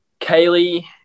Kaylee